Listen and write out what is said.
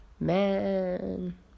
Man